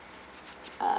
uh